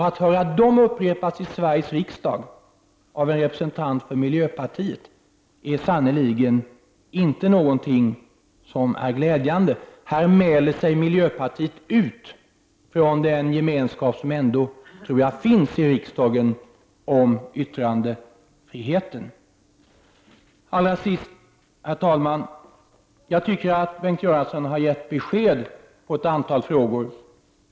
Att höra de argumenten upprepas i Sveriges riksdag av en representant för miljöpartiet är sannerligen inte någonting som är glädjande. Här mäler miljöpartiet sig ut från den gemenskap som jag ändå tror finns i riksdagen när det gäller frågan om yttrandefriheten. Herr talman! Jag vill slutligen säga att jag tycker Bengt Göransson givit besked på ett antal punkter.